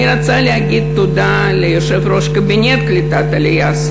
אני רוצה להגיד תודה ליושב-ראש הקבינט לקליטת העלייה,